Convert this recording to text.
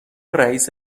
رئیس